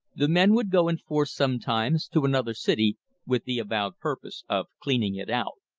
the men would go in force sometimes to another city with the avowed purpose of cleaning it out.